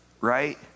right